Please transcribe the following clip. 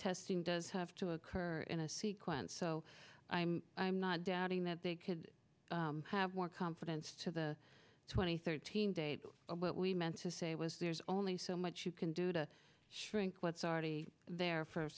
testing does have to occur in a sequence so i'm i'm not doubting that big could have more confidence to the twenty thirteen date but what we meant to say was there's only so much you can do to shrink what's already there for